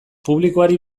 publikoari